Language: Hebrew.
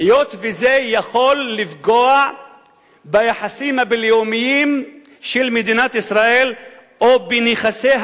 היות שזה עלול לפגוע ביחסים הבין-לאומיים של מדינת ישראל או בנכסיה